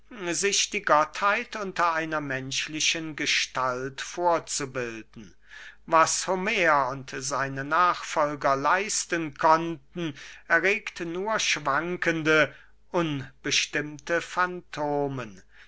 sich die gottheit unter einer menschlichen gestalt vorzubilden was homer und seine nachfolger leisten konnten erregt nur schwankende unbestimmte fantomen